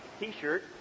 T-shirt